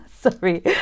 Sorry